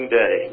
day